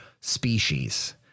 species